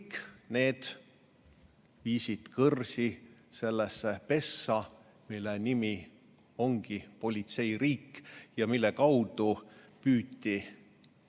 need viisid kõrsi sellesse pessa, mille nimi ongi politseiriik ja mille kaudu püüti